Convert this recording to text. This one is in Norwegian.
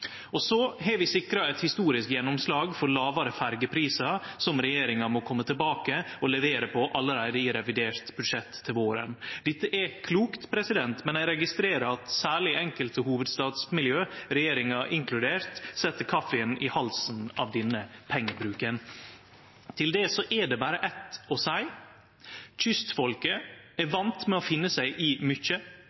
Så har vi sikra eit historisk gjennomslag for lågare ferjeprisar, som regjeringa må kome tilbake og levere på allereie i revidert budsjett til våren. Dette er klokt, men eg registrerer at særleg enkelte hovudstadsmiljø, regjeringa inkludert, set kaffien i halsen av denne pengebruken. Til det er det berre eitt å seie: Kystfolket er vane med å finne seg i mykje: